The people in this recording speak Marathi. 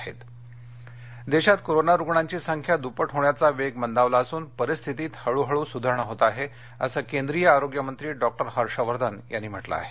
हर्षवर्धन कोरोना रुग्ण वेग देशात कोरोना रुग्णांची संख्या दृप्पट होण्याचा वेग मंदावला असून परिस्थितीत हळू हळू सुधारणा होत आहे असं केंद्रीय आरोग्यमंत्री डॉक्टर हर्षवर्धन यांनी म्हंटल आहे